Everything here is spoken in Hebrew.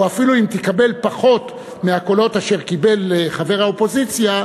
ואפילו אם תקבל פחות מהקולות אשר קיבל חבר האופוזיציה,